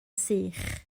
sych